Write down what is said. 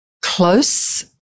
Close